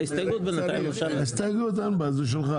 מי בעד ההסתייגות בנוסף לדברים שאמרה סגנית המפקח?